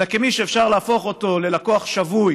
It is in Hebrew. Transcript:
אלא כמי שאפשר להפוך אותו ללקוח שבוי